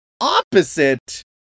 opposite